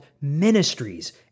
ministries